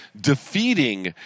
defeating